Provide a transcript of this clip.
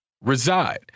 reside